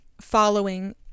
following